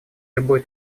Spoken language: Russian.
любой